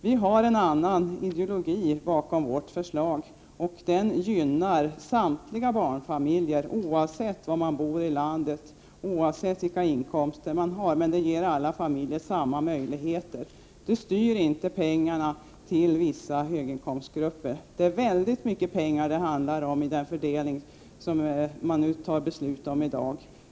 Vi har en annan ideologi bakom vårt förslag, och den gynnar samtliga barnfamiljer oavsett var i landet man bor, och oavsett vilka inkomster man har. Förslaget ger alla familjer samma möjligheter, och det styr inte pengarna till vissa höginkomstgrupper. Det handlar om väldigt mycket pengar när det gäller den fördelning som man i dag fattar beslut om.